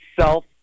self